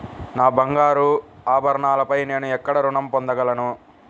నా బంగారు ఆభరణాలపై నేను ఎక్కడ రుణం పొందగలను?